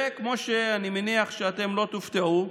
וכמו שאני מניח שאתם לא תופתעו,